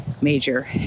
major